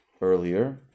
earlier